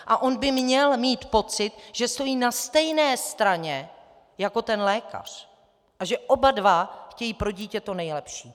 A on by měl mít pocit, že stojí na stejné straně jako lékař a že oba dva chtějí pro dítě to nejlepší.